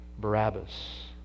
Barabbas